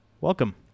Welcome